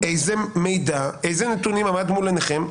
איזה נתונים עמדו מול עיניכם?